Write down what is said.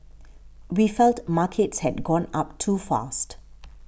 we felt markets had gone up too fast